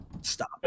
Stop